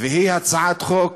והיא הצעת חוק